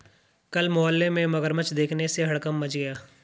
कल मोहल्ले में मगरमच्छ देखने से हड़कंप मच गया